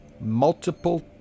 multiple